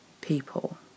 people